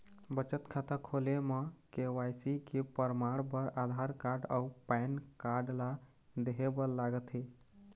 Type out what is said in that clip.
बचत खाता खोले म के.वाइ.सी के परमाण बर आधार कार्ड अउ पैन कार्ड ला देहे बर लागथे